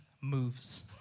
moves